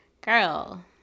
girl